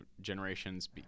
generations